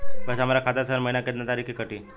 पैसा हमरा खाता से हर महीना केतना तारीक के कटी?